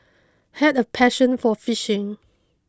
had a passion for fishing